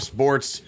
Sports